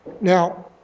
Now